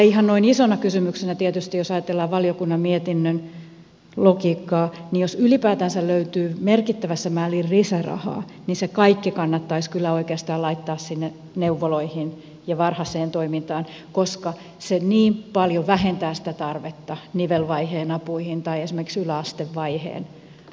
ihan noin isona kysymyksenä tietysti jos ajatellaan valiokunnan mietinnön logiikkaa jos ylipäätänsä löytyy merkittävässä määrin lisärahaa niin se kaikki kannattaisi kyllä oikeastaan laittaa sinne neuvoloihin ja varhaiseen toimintaan koska se niin paljon vähentää sitä tarvetta nivelvaiheen apuihin tai esimerkiksi yläastevaiheen apuihin